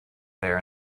there